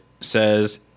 says